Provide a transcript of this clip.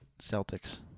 Celtics